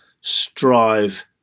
strive